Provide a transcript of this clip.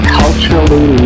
culturally